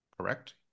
correct